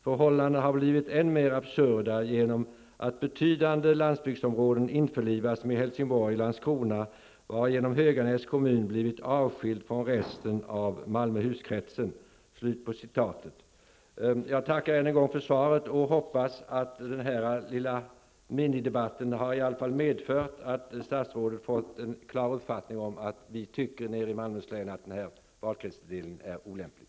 Förhållandena har blivit än mer absurda genom att betydande landsbygdsområden införlivats med Helsingborg och Landskrona varigenom Höganäs kommun blivit avskild från resten av Malmöhuskretsen.'' Jag tackar än en gång för svaret och hoppas att den här minidebatten i alla fall har medfört att statsrådet har fått en klar uppfattning om att vi nere i Malmöhus län anser att denna valkretsindelning är olämplig.